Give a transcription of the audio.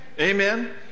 amen